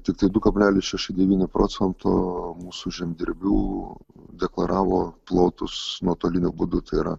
tiktai du kablelis šeši devyni procento mūsų žemdirbių deklaravo plotus nuotoliniu būdu tai yra